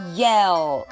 yell